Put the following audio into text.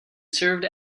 served